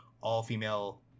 all-female